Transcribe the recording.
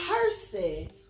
person